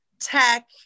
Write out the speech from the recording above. tech